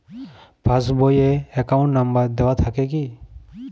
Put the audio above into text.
Pass বই এ account number দেওয়া থাকে কি?